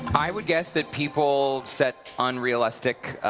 i would guess that people set unrealistic